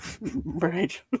Right